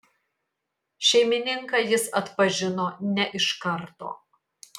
šeimininką jis atpažino ne iš karto